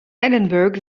edinburgh